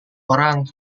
orang